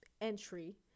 entry